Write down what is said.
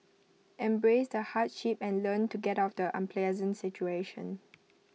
embrace the hardship and learn to get out of the unpleasant situation